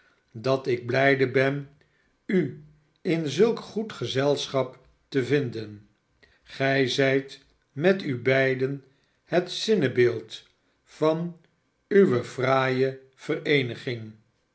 dat ik blijde ben u in zulk goed gezelschap te vinden gij zijt met u beiden het zinnebeeld van uwe fraaie vereeniging